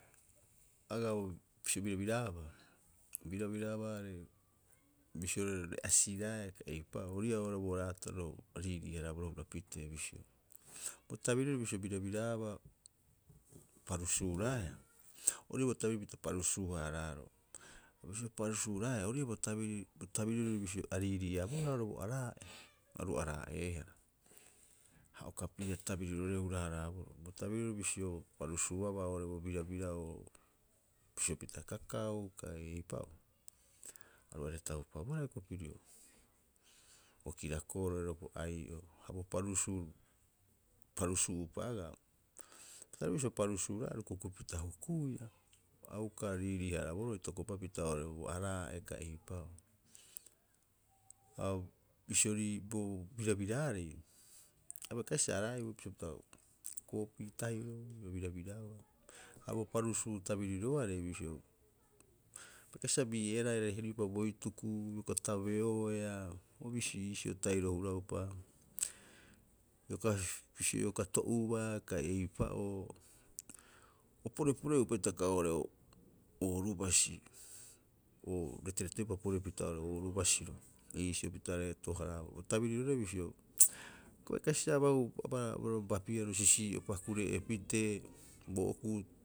Agaa oo bisio birabiraaba, birabiraaba are, bisio re'asiraaea eipa'oo ori ii'aa oo'ore bo raataro a riirii- haraaboroo o hura pitee bisio. Bo tabirirori bisio birabiraaba, parusuuraeaa, ori ii'aa bo tabiriri pita parusuu- haraaro. Bisio parusuuraeaa ori ii'aa bo tabiriri bo tabiriri bisio ariiriiabohara o bo araa'e. Aru araa'eehara, a uka pia tabiriroarei hura- haraaboroo. Bo tabirirori bisio o parusuuabaa oo'ore bo birabira'oo oo, bisio pita kakau kai eipa'oo. Aru aira taupabohara hioko'i pirio, bo kirako'oro oiraarei bo ai'o. Ha bo parusuu, parusuu'opa agaa, parusuuraea aru akukupita hukuiia, a uka riirii- haraaboro itokopa pita oo'ore bo araa'e kai eipa'oo. Ha o bisio ri bo birabiraarei, abai kasibaa sa araa'eu bisio pita koopii tahiro bo birabira'oa. Ha bo parusuu tabiriroarei bisio abai kasiba sa bii'eeraha airare heri'upa bo hituku, ioka tabeoea o bisi iisio tahiro hura'opa. Ioka bisio ioka to'ubaa kai eipa'oo. O porepore'upa hitaka oo'ore o ooru basi, o reterete'upa porepita oo'ore ooruu basiro, iisio pita reeto- haraaboroo. Bo tabiriroriarei bisio, a uka bai kasibaa sa abau baa bapiaro sisii'o'upa kure'ee pitee bo okuu.